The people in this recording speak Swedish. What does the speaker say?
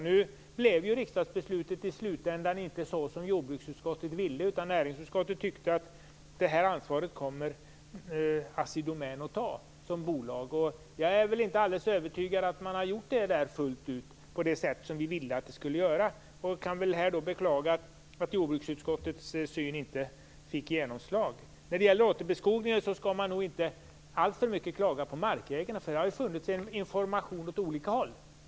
Nu blev riksdagsbeslutet till slut inte så som jordbruksutskottet ville. Näringsutskottet tyckte att Assi Domän kommer att ta ansvar som bolag. Jag är väl inte alldeles övertygad om att man har gjort det fullt ut på det sätt som vi ville att man skulle göra. Jag kan väl här beklaga att jordbruksutskottets uppfattning inte fick genomslag. När det gäller återbeskogningen vill jag säga att man nog inte alltför mycket skall klaga på markägarna. Det har givits information i olika riktningar.